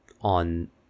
on